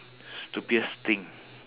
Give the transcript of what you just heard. stupidest thing